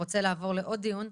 רוצה לעבור לעוד דיון,